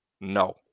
No